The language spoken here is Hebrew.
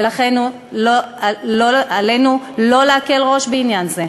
ולכן עלינו לא להקל ראש בעניין זה.